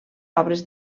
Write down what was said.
obres